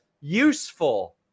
useful